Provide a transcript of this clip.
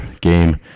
game